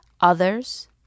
others